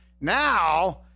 Now